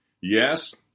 Yes